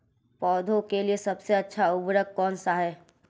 पौधों के लिए सबसे अच्छा उर्वरक कौनसा हैं?